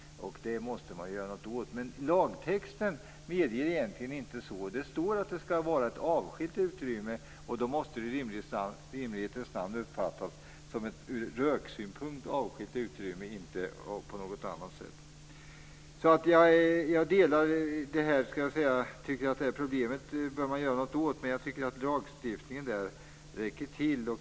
Detta måste man göra någonting åt. Men lagtexten medger egentligen inte detta. Det står att det skall vara ett avskilt utrymme. Då måste det i rimlighetens namn uppfattas som ett ur röksynpunkt avskilt utrymme och inte på något annat sätt. Jag delar uppfattningen att man bör göra något åt problemet. Men jag tycker att lagstiftningen räcker till.